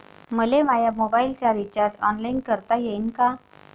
मले माया मोबाईलचा रिचार्ज ऑनलाईन करता येईन का?